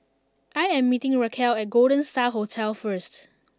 I am meeting Rachelle at Golden Star Hotel first